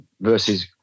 versus